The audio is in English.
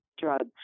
drugs